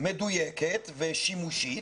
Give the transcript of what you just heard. מדויקת ושימושית?